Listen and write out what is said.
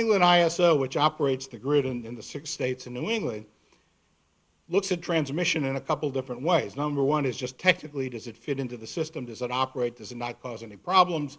england i ask which operates the grid in the six states in new england looks a transmission in a couple different ways number one is just technically does it fit into the system does not operate does not cause any problems